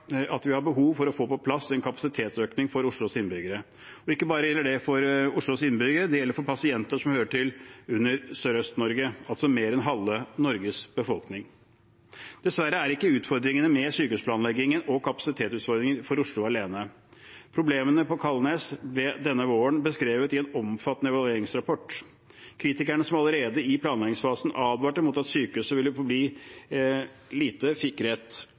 at vi har behov for å få på plass en kapasitetsøkning for Oslos innbyggere. Og det gjelder ikke bare Oslos innbyggere, det gjelder pasienter som hører inn under Sørøst-Norge, altså mer enn halve Norges befolkning. Dessverre er ikke utfordringene med sykehusplanleggingen og kapasitetsutfordringen for Oslo alene. Problemene på Kalnes ble denne våren beskrevet i en omfattende evalueringsrapport. Kritikerne som allerede i planleggingsfasen advarte om at sykehuset ville bli for lite,